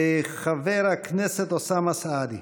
חבר הכנסת אוסאמה סעדי.